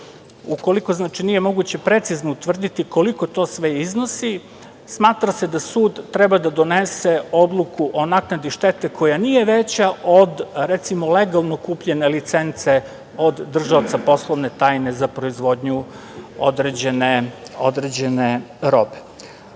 Ukoliko nije moguće precizno utvrditi koliko to sve iznosi, smatra se da sud treba da donese odluku o naknadi štete koja nije veća od, recimo, legalno kupljene licence od držaoca poslovne tajne za proizvodnju određene robe. Ovaj